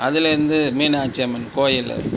அதில் இருந்து மீனாட்சி அம்மன் கோயில்